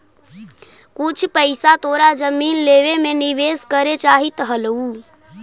कुछ पइसा तोरा जमीन लेवे में निवेश करे चाहित हलउ